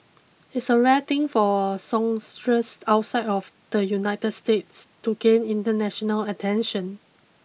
it's a rare thing for songstress outside of the United States to gain international attention